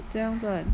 怎样赚